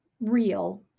real